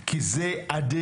צריך להיות פתרון מקיף,